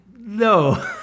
No